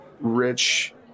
rich